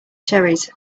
cherries